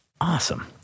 Awesome